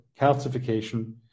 calcification